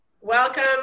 Welcome